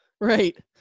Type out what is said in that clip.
right